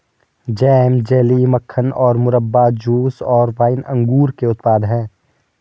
jam, jelly, मक्खन और मुरब्बा, जूस और वाइन अंगूर के उत्पाद हैं